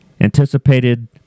anticipated